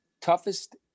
toughest